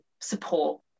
support